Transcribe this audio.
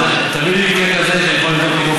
אז למה לא בונים, אין דבר כזה.